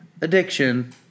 addiction